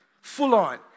full-on